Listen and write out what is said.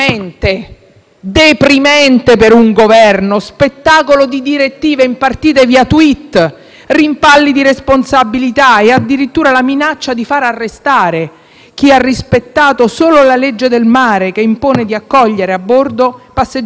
rimpalli di responsabilità e, addirittura, la minaccia di far arrestare chi ha rispettato solo la legge del mare, che impone di accogliere a bordo passeggeri di imbarcazioni in difficoltà, trasbordandoli nel più vicino porto sicuro.